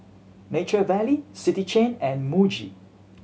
Nature Valley City Chain and Muji